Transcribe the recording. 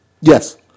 Yes